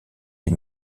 des